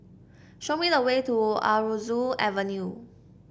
show me the way to Aroozoo Avenue